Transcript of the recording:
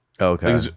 Okay